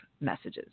messages